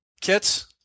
kits